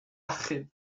achub